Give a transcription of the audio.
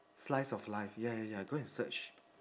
slice of life ya ya ya go and search